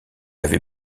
avait